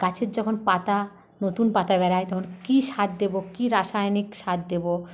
গাছের যখন পাতা নতুন পাতা বেরোয় তখন কি সার দেব কি রাসায়নিক সার দেব